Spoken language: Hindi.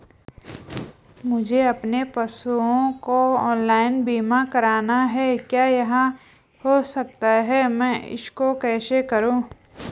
मुझे अपने पशुओं का ऑनलाइन बीमा करना है क्या यह हो सकता है मैं इसको कैसे करूँ?